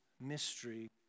mystery